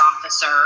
officer